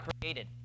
created